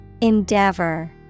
Endeavor